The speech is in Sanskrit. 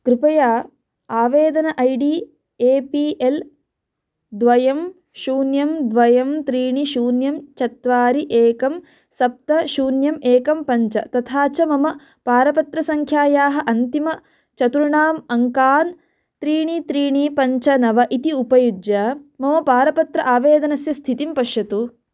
कृपया आवेदनम् I D A P L द्वे शून्यं द्वे त्रीणि शून्यं चत्वारि एकं सप्त शून्यं एकं पञ्च तथा च मम पारपत्रसङ्ख्यायाः अन्तिमचतुर्णाम् अङ्कानां त्रीणि त्रीणि पञ्च नव इति उपयुज्य मम पारपत्रम् आवेदनस्य स्थितिं पश्यतु